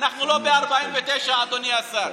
אנחנו לא ב-1949, אדוני השר.